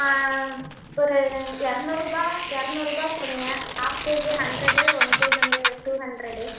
ஒரு இரநூறுபா இரநூறுபா போதுங்க half KG hundred one KG வந்து டூ ஹண்ட்ரடு